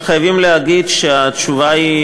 אבל חייבים להגיד שהתשובה היא